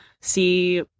see